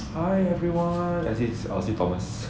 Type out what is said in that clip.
hi everyone I see I see thomas